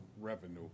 revenue